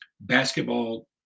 basketball